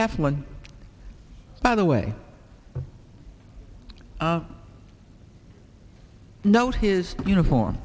half one by the way i know his uniform